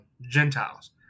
Gentiles